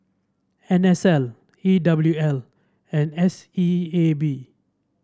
N S L E W L and S E A B